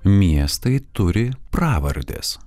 miestai turi pravardes